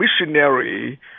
missionary